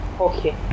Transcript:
Okay